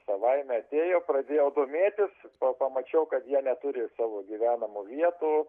savaime atėjo pradėjau domėtis pa pamačiau kad jie neturi savo gyvenamų vietų